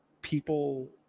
people